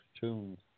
tunes